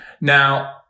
Now